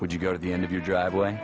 would you go to the end of your driveway